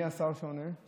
השר שעונה?